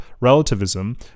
relativism